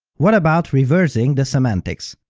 what about reversing the semantics?